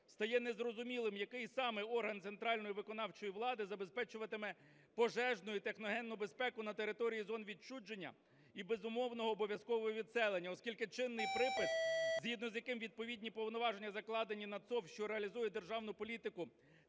стає не зрозумілим, який саме орган центральної виконавчої влади забезпечуватиме пожежну і техногенну безпеку на території зон відчуження і безумовного обов'язкового відселення, оскільки чинний припис, згідно з яким відповідні повноваження покладені на ЦОВВ, що реалізує державну політику